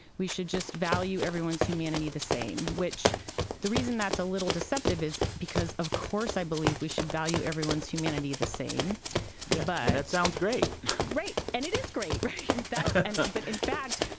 we should just value everyone's humanity the same, which the reason that's a little deceptive is because, of course, i believe we should value everyone's humanity the same. but. yeah. and that sounds great right and it is great, right? that's and but but, in fact,